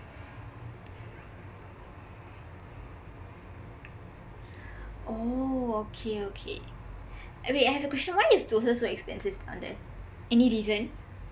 oh okay okay wait I have a question why is dosai so expensive down there any reason